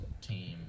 team